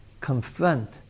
confront